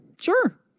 sure